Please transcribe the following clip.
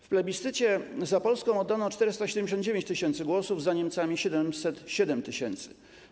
W plebiscycie za Polską oddano 479 tys. głosów, za Niemcami - 707 tys.